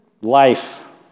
Life